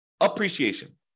appreciation